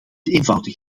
eenvoudig